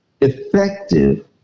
effective